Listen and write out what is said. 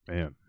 Man